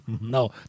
no